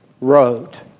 wrote